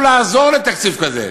אסור לנו לעזור לתקציב כזה.